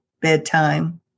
bedtime